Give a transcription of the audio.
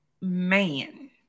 man